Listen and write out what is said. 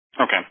Okay